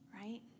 right